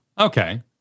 Okay